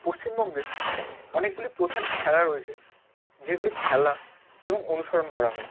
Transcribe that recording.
পশ্চিমবঙ্গে অনেকগুলি প্রধান খেলা রয়েছে যেগুলি খেলা এবং অনুসরণ করা হয়